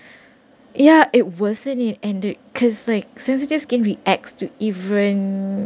ya it worsen it and the cause like sensitive skin reacts to even